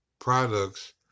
Products